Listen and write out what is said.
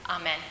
Amen